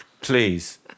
Please